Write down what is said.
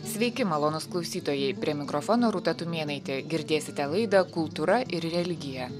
sveiki malonūs klausytojai prie mikrofono rūta tumėnaitė girdėsite laidą kultūra ir religija